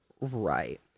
right